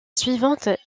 suivante